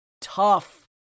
tough